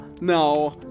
no